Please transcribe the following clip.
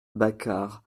bacar